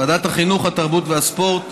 ועדת החינוך, התרבות והספורט